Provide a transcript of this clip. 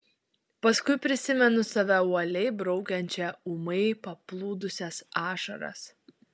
paskui prisimenu save uoliai braukiančią ūmai paplūdusias ašaras